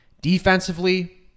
defensively